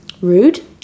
Rude